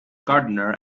gardener